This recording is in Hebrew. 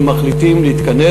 שמחליטה להתכנס,